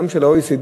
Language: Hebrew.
גם של ה-OECD,